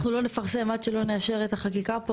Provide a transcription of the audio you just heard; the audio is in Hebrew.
אנחנו לא נפרסם עד שלא נאשר את החקיקה פה,